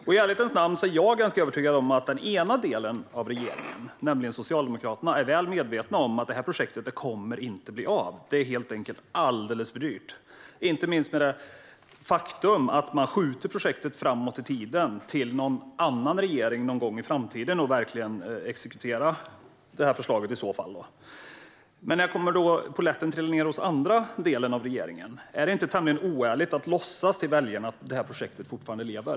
I ärlighetens namn är jag ganska övertygad om att den ena delen av regeringen, nämligen Socialdemokraterna, är väl medveten om att projektet inte kommer att bli av. Det är helt enkelt alldeles för dyrt. Inte minst har vi det faktum att projektet skjuts framåt i tiden till någon annan regering, som i så fall ska exekvera förslaget någon gång i framtiden. När kommer polletten att trilla ned hos den andra delen av regeringen? Är det inte tämligen oärligt att låtsas inför väljarna att detta projekt fortfarande lever?